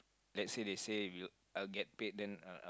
let's say they say will I will get paid then I'll